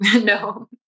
No